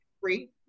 free